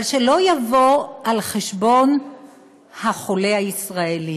אבל שלא יבוא על חשבון החולה הישראלי,